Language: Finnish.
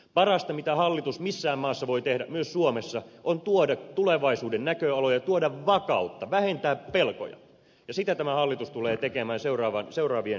parasta mitä hallitus missään maassa voi tehdä myös suomessa on tuoda tulevaisuuden näköaloja tuoda vakautta vähentää pelkoja ja sitä tämä hallitus tulee tekemään seuraavien kuukausien aikana